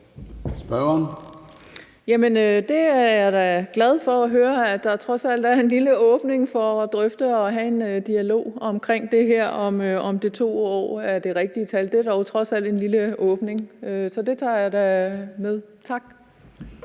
Jerkel (KF): Det er jeg da glad for at høre, altså at der trods alt er en lille åbning for at drøfte det her og have en dialog om, om de 2 år er det rigtige tal. Det er trods alt en lille åbning, så det tager jeg da med. Tak.